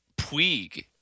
Puig